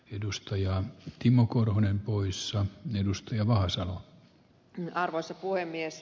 edustaja timo korhonen puissa on edustajia vahasalo kyllä arvoisa puhemies